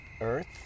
earth